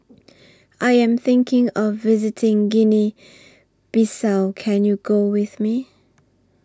I Am thinking of visiting Guinea Bissau Can YOU Go with Me